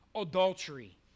adultery